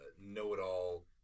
know-it-all